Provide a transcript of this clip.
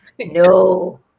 No